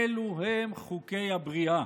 אלו הם חוקי הבריאה.